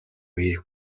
хийх